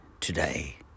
today